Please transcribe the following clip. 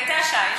הייתה שעה.